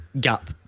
gap